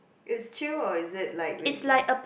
it's chill or is it like rig~